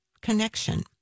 connection